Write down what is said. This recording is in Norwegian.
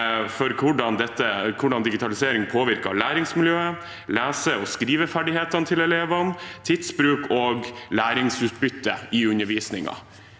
for hvordan digitalisering påvirker læringsmiljøet, lese- og skriveferdighetene til elevene, tidsbruk og læringsutbytte i undervisningen.